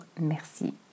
merci